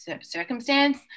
circumstance